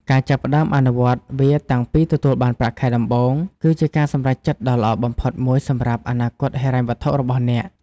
ការចាប់ផ្តើមអនុវត្តវាតាំងពីទទួលបានប្រាក់ខែដំបូង គឺជាការសម្រេចចិត្តដ៏ល្អបំផុតមួយសម្រាប់អនាគតហិរញ្ញវត្ថុរបស់អ្នក។